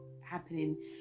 happening